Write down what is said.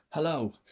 Hello